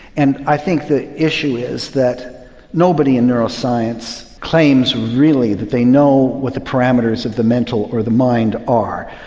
and i think the issue is that nobody in neuroscience claims really that they know what the parameters of the mental or the mind are.